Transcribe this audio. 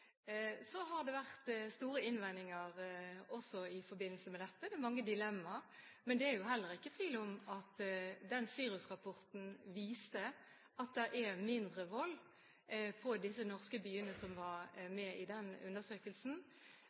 Så har det vært store innvendinger også i forbindelse med dette. Det er mange dilemmaer. Men det er heller ikke tvil om at SIRUS-rapporten viste at det var mindre vold i de norske byene som var med i undersøkelsen,